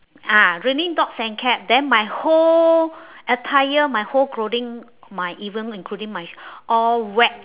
ah raining dogs and cat then my whole attire my whole clothing my even including my s~ all wet